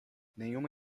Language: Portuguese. nenhuma